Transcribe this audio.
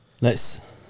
Nice